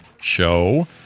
show